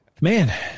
Man